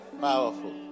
Powerful